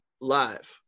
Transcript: Live